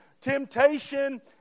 temptation